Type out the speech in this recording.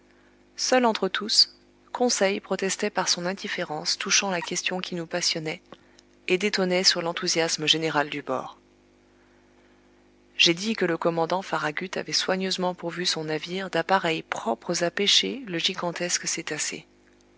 seul entre tous conseil protestait par son indifférence touchant la question qui nous passionnait et détonnait sur l'enthousiasme général du bord j'ai dit que le commandant farragut avait soigneusement pourvu son navire d'appareils propres à pêcher le gigantesque